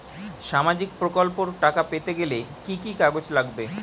সামাজিক প্রকল্পর টাকা পেতে গেলে কি কি কাগজ লাগবে?